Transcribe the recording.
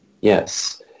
Yes